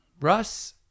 Russ